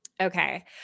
okay